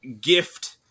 gift